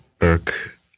irk